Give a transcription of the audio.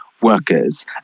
workers